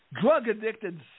drug-addicted